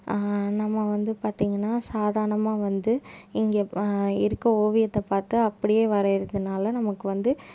நம்ம வந்து பார்த்திங்கனா சாதாரணமாக வந்து இங்கே இருக்க ஓவியத்தை பார்த்து அப்படியே வரைகிறதுனால நமக்கு வந்து